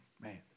man